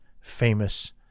famous